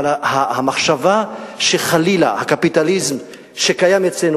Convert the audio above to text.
אבל המחשבה שחלילה הקפיטליזם שקיים אצלנו